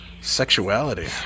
sexuality